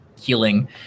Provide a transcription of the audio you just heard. healing